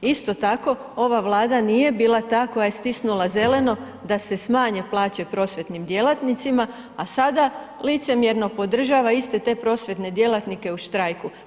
Isto tako, ova Vlada nije bila ta koja je stisnula zeleno da se smanje plaće prosvjetnim djelatnicima, a sada licemjerno podržava iste te prosvjetne djelatnike u štrajku.